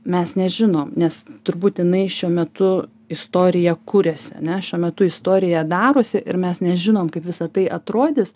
mes nežinom nes turbūt jinai šiuo metu istorija kuriasi ane šiuo metu istorija darosi ir mes nežinom kaip visa tai atrodys